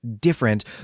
different